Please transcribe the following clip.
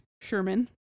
Sherman